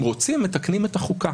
אם רוצים, מתקנים את החוקה.